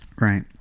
Right